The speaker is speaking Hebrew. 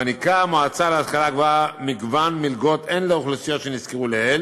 מעניקה המועצה להשכלה גבוהה מגוון מלגות הן לאוכלוסיות שנזכרו לעיל